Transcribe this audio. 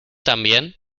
también